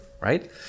right